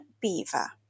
beaver